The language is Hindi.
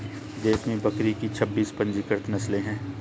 देश में बकरी की छब्बीस पंजीकृत नस्लें हैं